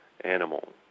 animal